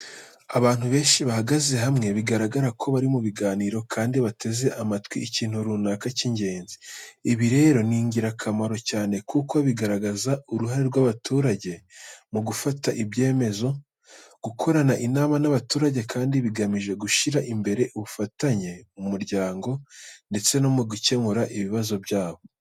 Abantu benshi bahagaze hamwe, bigaragara ko bari mu biganiro kandi bateze amatwi ikintu runaka cy’ingenzi. Ibi rero ni ingirakamaro cyane kuko bigaragaza uruhare rw’abaturage mu gufata ibyemezo. Gukorana inama n’abaturage kandi bigamije gushyira imbere ubufatanye mu muryango ndetse no mu gukemura ibibazo byabo.